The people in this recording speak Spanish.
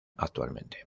actualmente